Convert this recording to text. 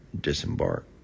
disembark